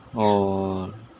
اور